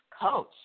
coach